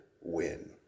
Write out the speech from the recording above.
win